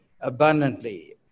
abundantly